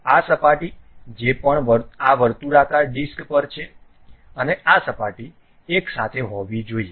હવે આ સપાટી જે પણ આ વર્તુળાકાર ડિસ્ક પર છે અને આ સપાટી એક સાથે હોવી જોઈએ